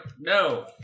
no